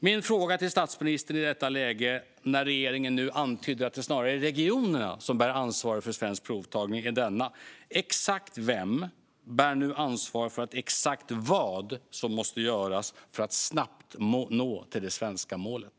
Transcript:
Min fråga till statsministern i detta läge, när regeringen nu antytt att det snarare är regionerna som bär ansvaret för svensk provtagning, är denna: Exakt vem bär nu ansvaret för exakt vad som måste göras för att snabbt nå det svenska målet?